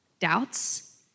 doubts